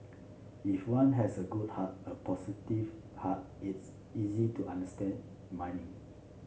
if one has a good heart a positive heart it's easy to understand miming